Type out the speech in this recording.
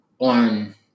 on